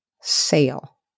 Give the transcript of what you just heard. sale